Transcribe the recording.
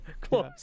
close